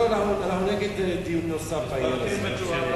לא, אנחנו נגד דיון נוסף בעניין הזה.